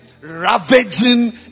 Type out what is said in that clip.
ravaging